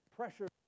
pressure